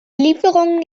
lieferung